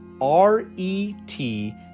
R-E-T